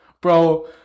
bro